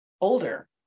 older